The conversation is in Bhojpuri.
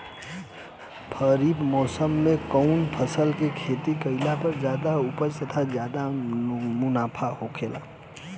खरीफ़ मौसम में कउन फसल के खेती कइला पर ज्यादा उपज तथा ज्यादा मुनाफा होखेला?